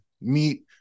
Meet